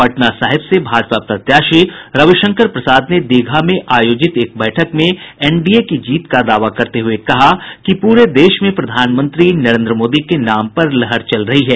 पटना साहिब से भाजपा प्रत्याशी रविशंकर प्रसाद ने दीघा में आयोजित एक बैठक में एनडीए की जीत का दावा करते हुए कहा कि पूरे देश में प्रधानमंत्री नरेन्द्र मोदी के नाम पर लहर चल रही है